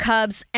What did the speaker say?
Cubs